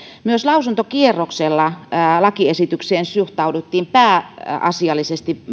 myös lausuntokierroksella lakiesitykseen suhtauduttiin pääasiassa